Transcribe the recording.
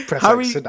Harry